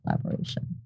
collaboration